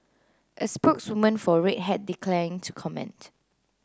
a spokeswoman for Red Hat declined to comment